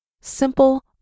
simple